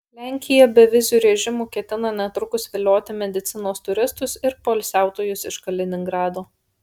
lenkija beviziu režimu ketina netrukus vilioti medicinos turistus ir poilsiautojus iš kaliningrado